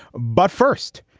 but first,